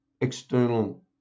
external